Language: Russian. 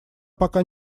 пока